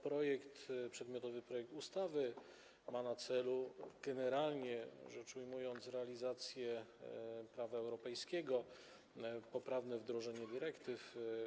Przedmiotowy projekt ustawy ma na celu, generalnie rzecz ujmując, realizację prawa europejskiego, poprawne wdrożenie dyrektyw.